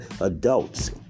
adults